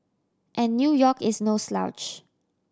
and New York is no slouch